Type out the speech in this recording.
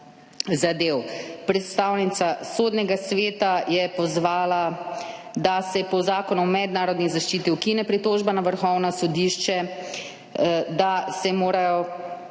zadev. Predstavnica Sodnega sveta je pozvala, da se po Zakonu o mednarodni zaščiti ukine pritožba na Vrhovno sodišče, da se morajo